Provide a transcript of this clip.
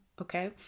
okay